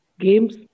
games